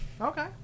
okay